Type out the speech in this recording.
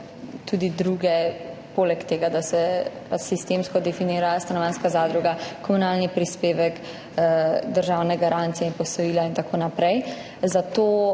tudi druge, poleg tega, da se sistemsko definirajo stanovanjska zadruga, komunalni prispevek, državne garancije in posojila in tako naprej. Zato